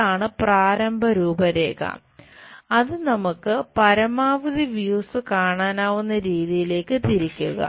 ഇതാണ് പ്രാരംഭ രൂപരേഖ അത് നമുക്ക് പരമാവധി വ്യൂസ് കാണാനാവുന്ന രീതിയിലേക്ക് തിരിക്കുക